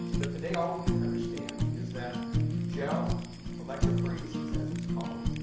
but today all we need to understand is that gel electrophoresis, as it's called,